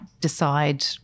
decide